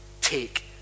Take